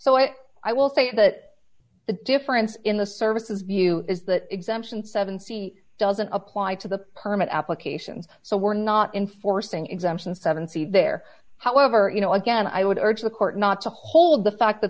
what i will say that the difference in the services view is that exemption seven c doesn't apply to the permit applications so we're not enforcing exemptions seven c there however you know again i would urge the court not to hold the fact that